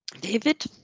David